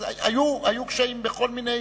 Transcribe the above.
היו קשיים בכל מיני,